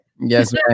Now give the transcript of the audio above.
yes